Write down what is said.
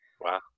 Wow